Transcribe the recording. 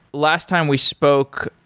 last time we spoke,